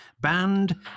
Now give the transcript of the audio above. banned